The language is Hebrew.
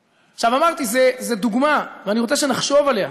אמרתי, זו דוגמה, ואני רוצה שנחשוב עליה,